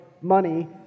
money